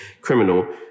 criminal